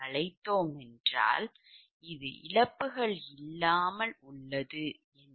எனவே இது இழப்புகள் இல்லாமல் உள்ளது என்பதில் தெளிவாக இருக்க வேண்டும்